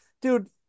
dude